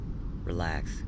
relax